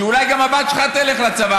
שאולי גם הבת שלך תלך לצבא,